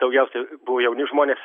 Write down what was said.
daugiausia buvo jauni žmonės